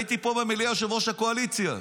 הייתי פה במליאה יושב-ראש הקואליציה,